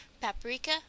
paprika